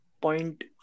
point